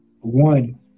one